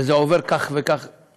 וזה עובר כך למפקדים,